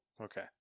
Okay